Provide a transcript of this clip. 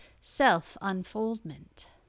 self-unfoldment